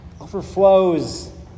Overflows